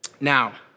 Now